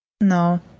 no